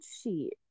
sheet